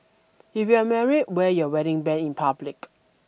if you're married wear your wedding band in public